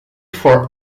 for